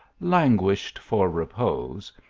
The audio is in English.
languished for repose,